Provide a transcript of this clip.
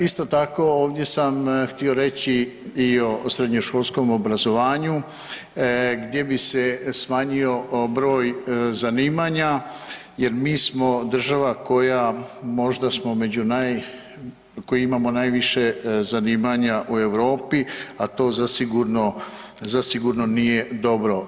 Isto tako ovdje sam htio reći i o srednjoškolskom obrazovanju gdje bi se smanjio broj zanimanja jer mi smo država koja možda smo među naj, koji imamo najviše zanimanja u Europi, a to zasigurno, zasigurno nije dobro.